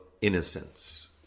Innocence